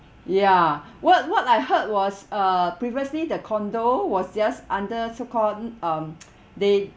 ya what what I heard was uh previously the condo was just under so called um they